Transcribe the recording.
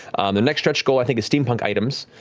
their next stretch goal, i think, is steampunk items,